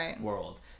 world